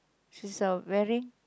she's a wearing